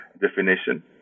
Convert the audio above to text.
definition